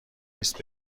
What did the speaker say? نیست